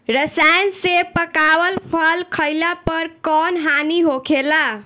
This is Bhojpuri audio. रसायन से पकावल फल खइला पर कौन हानि होखेला?